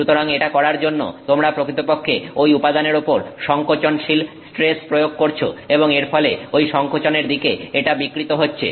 সুতরাং এটা করার জন্য তোমরা প্রকৃতপক্ষে ঐ উপাদানের উপর সংকোচনশীল স্ট্রেস প্রয়োগ করছো এবং এর ফলে ঐ সংকোচনের দিকে এটা বিকৃত হচ্ছে